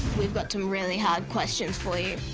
we've got some really hard questions for you.